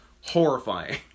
horrifying